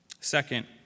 Second